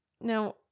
Now